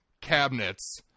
cabinets